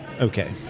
okay